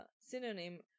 synonym